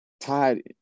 tied